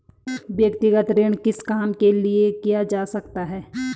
व्यक्तिगत ऋण किस काम के लिए किया जा सकता है?